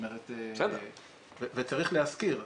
וצריך להזכיר,